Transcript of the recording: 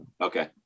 Okay